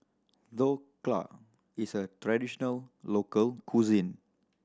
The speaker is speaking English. dhokla is a traditional local cuisine